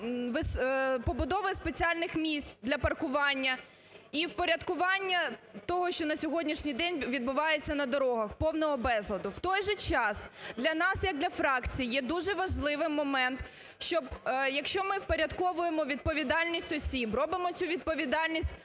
побудови спеціальних місць для паркування і впорядкування того, що на сьогоднішній день відбувається на дорогах, повного безладу. В той же час для нас, як для фракції, є дуже важливим момент, щоб якщо ми впорядковуємо відповідальність осіб, робимо цю відповідальність